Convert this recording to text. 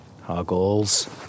huggles